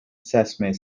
sesame